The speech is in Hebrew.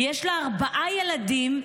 ויש לה ארבעה ילדים,